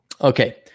Okay